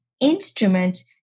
instruments